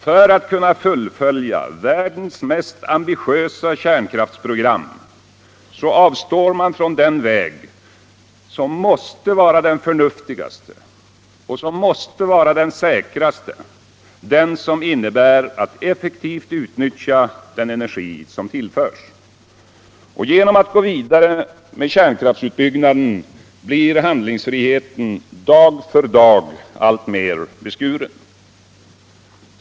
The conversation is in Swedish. För att kunna fullfölja världens mest ambitiösa kärnkraftsprogram avstår man från den väg som måste vara den förnuftigaste och den säkraste, den som innebär att effektivt utnyttja den energi som tillförs. Genom att man går vidare med kärnkraftsutbyggnaden blir handlingsfriheten dag för dag alltmer beskuren.